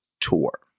tour